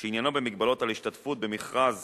שעניינו הגבלות על השתתפות במכרז